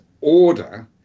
order